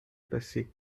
passé